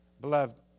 beloved